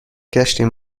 گشتیم